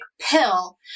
pill